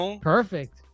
Perfect